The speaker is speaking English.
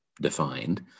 defined